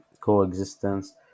coexistence